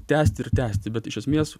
tęsti ir tęsti bet iš esmės